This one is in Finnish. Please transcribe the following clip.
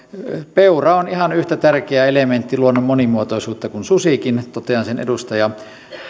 peura on ihan yhtä tärkeä elementti luonnon monimuotoisuutta kuin susikin totean sen edustaja